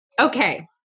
Okay